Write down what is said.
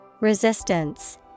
Resistance